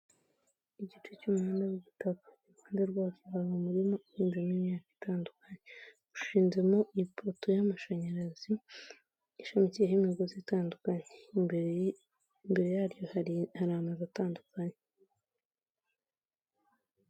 Igice cy'umuhanda w'igitaka iruhande rwacyo hari umurima uhinzemo imyaka itandukanye, ushinzemo ipoto 'amashanyarazi ishamikiyeho imigozi itandukanye, imbere yaryo hari amazu atandukanye.